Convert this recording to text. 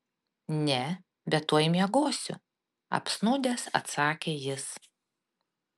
ne bet tuoj miegosiu apsnūdęs atsakė jis